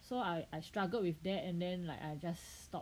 so I I struggled with that and then like I just stop